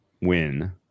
win